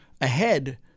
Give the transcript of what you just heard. ahead